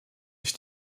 sich